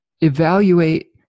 evaluate